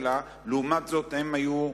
לעומת זאת, הם כן